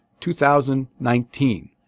2019